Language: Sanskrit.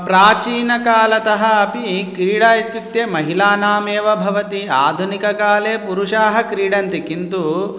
प्राचीनकालतः अपि क्रीडा इत्युक्ते महिलानामेव भवति आधुनिककाले पुरुषाः क्रीडन्ति किन्तु